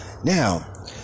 Now